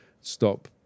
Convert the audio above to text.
stop